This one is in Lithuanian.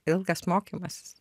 ilgas mokymasis